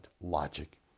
logic